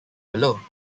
below